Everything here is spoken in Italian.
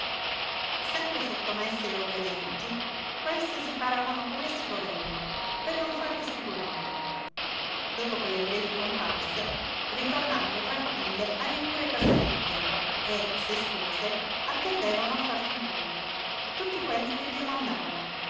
sempre sottomesse e obbedienti queste si paravano com'essi volevano per non farli sfigurare dopo quelle brevi comparse ritornavano tranquille alle cure casalinghe e se spose attendevano a far figliuoli tutti quelli che dio mandava